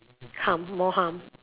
harm more harm